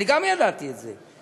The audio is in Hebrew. אני גם ידעתי את זה,